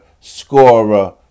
scorer